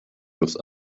los